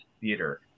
theater